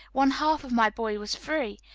one-half of my boy was free,